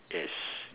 yes